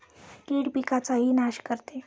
कीड पिकाचाही नाश करते